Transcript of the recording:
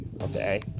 okay